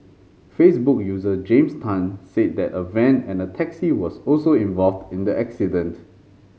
Facebook user James Tan said that a van and a taxi was also involved in the accident